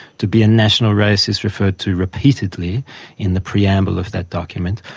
to be a national race is referred to repeatedly in the preamble of that document,